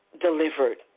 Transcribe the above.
delivered